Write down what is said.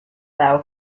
thou